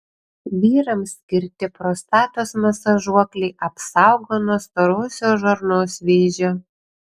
vyrams skirti prostatos masažuokliai apsaugo nuo storosios žarnos vėžio